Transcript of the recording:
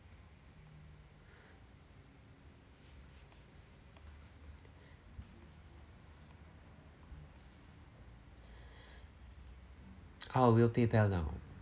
ah we'll paypal now